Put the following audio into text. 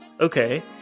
Okay